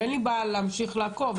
אין לי בעיה להמשיך לעקוב.